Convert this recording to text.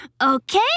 Okay